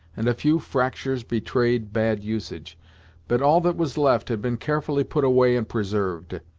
and a few fractures betrayed bad usage but all that was left had been carefully put away and preserved.